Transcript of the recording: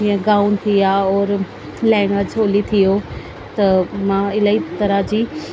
जीअं गाउन थी विया और लहेंगा चौली थी वियो त मां इलाही तरह जी